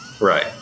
Right